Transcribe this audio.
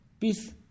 peace